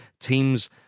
teams